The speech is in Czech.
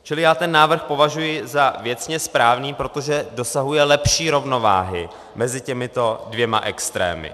Čili já ten návrh považuji za věcně správný, protože dosahuje lepší rovnováhy mezi těmito dvěma extrémy.